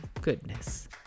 goodness